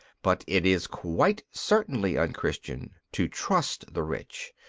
but it is quite certainly un-christian to trust the rich,